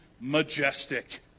majestic